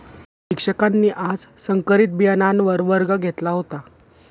शिक्षकांनी आज संकरित बियाणांवर वर्ग घेतला होता